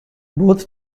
both